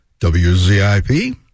WZIP